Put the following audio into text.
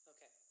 Okay